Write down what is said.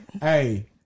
Hey